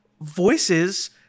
voices